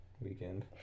weekend